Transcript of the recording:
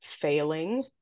failing